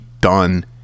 done